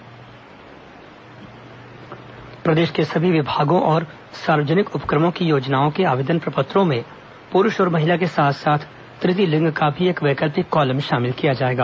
तृतीय लिंग समुदाय प्रदेश के सभी विभागों और सार्वजनिक उपक्रमों की योजनाओं के आवेदन प्रपत्रों में पुरूष और महिला के साथ साथ तृतीय लिंग का भी एक वैकल्पिक कॉलम शामिल किया जाएगा